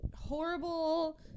horrible